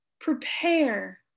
Prepare